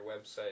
website